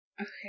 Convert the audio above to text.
Okay